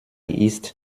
ist